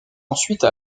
ensuite